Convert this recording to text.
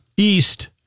East